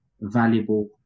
valuable